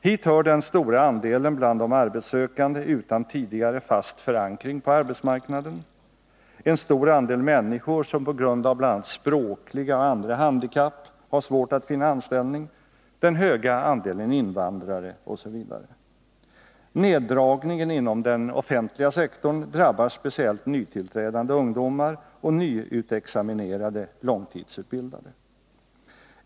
Hit hör den stora andelen bland de arbetssökande utan tidigare fast förankring på arbetsmarknaden, en stor andel människor som på grund av bl.a. språkliga och andra handikapp har svårt att finna anställning, den höga andelen invandrare osv. Neddragningen inom den offentliga sektorn drabbar speciellt nytillträdande ungdomar och nyutexaminerade långtidsutbildade.